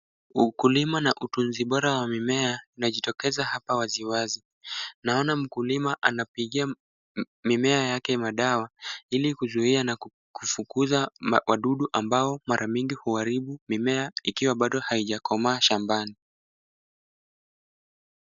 Ukulima na utunzi bora wa mimea inajitokeza hapa waziwazi. Naona mkulima anapigia mimea yake madawa ili kuzuia na kufukuza wadudu ambao mara mingi huharibu mimea ikiwa bado haijakomaa shambani.